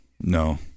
No